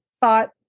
thought